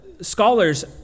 Scholars